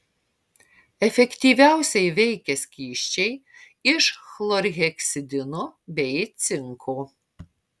efektyviausiai veikia skysčiai iš chlorheksidino bei cinko